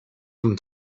from